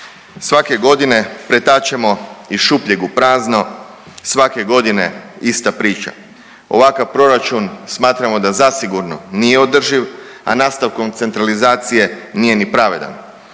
Svake godine pretačemo iz šupljeg u prazno, svake godine ista priča. Ovakav proračun smatramo da zasigurno nije održiv, a nastavkom centralizacije nije ni pravedan.